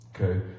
okay